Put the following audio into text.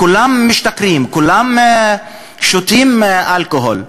כולם משתכרים, כולם שותים אלכוהול.